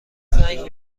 زنگ